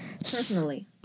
Personally